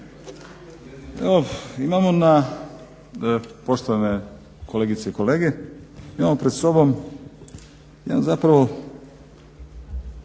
Evo imamo na, poštovane kolegice i kolege, imamo pred sobom jedan zapravo